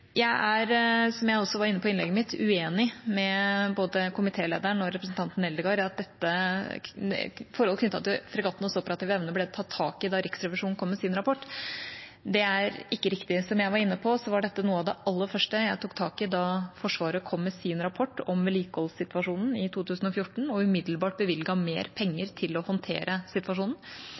Jeg er, som jeg også var inne på i innlegget mitt, uenig med både komitélederen og representanten Eldegard i at forhold knyttet til fregattenes operative evne ble tatt tak i da Riksrevisjonen kom med sin rapport. Det er ikke riktig. Som jeg var inne på, var dette noe av det aller første jeg tok tak i da Forsvaret kom med sin rapport om vedlikeholdssituasjonen i 2014, og umiddelbart bevilget mer penger til for å håndtere situasjonen.